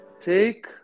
Take